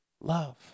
Love